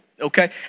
okay